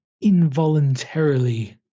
involuntarily